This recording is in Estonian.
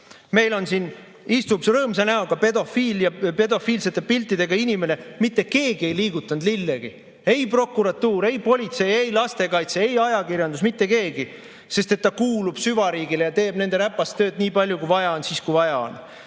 Meil istub siin rõõmsa näoga pedofiilseid pilte teinud inimene. Mitte keegi ei liigutanud lillegi – ei prokuratuur, ei politsei, ei lastekaitse, ei ajakirjandus, mitte keegi –, sest ta kuulub süvariigile ja teeb nende räpast tööd nii palju, kui vaja on, siis kui vaja on.